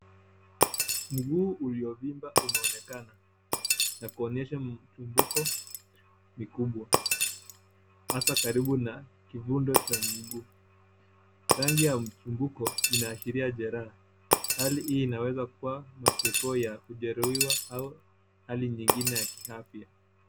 Mguu uliovimba unaonekana na kuonyesha mbuko mkubwa hasa karibu na kivundo cha mguu. Rangi ya mbuko inaashiria jeraha. Hali hii inaweza kuwa maseko ya kujeruhiwa au hali ya ingine ya kiafya.